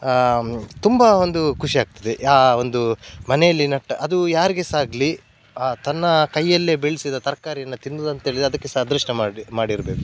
ತುಂಬ ಒಂದು ಖುಷಿಯಾಗ್ತದೆ ಒಂದು ಮನೆಯಲ್ಲಿ ನಟ್ಟ ಅದು ಯಾರಿಗೆ ಸಹ ಆಗಲಿ ಆ ತನ್ನ ಕೈಯ್ಯಲ್ಲೆ ಬೆಳೆಸಿದ ತರಕಾರಿಯನ್ನು ತಿನ್ನೋದು ಅಂತ ಹೇಳಿದರೆ ಅದಕ್ಕೆ ಸಹ ಅದೃಷ್ಟ ಮಾಡಿ ಮಾಡಿರಬೇಕು